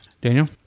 Daniel